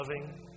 loving